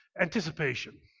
Anticipation